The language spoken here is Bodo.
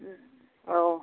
औ